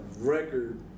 record